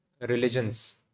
religions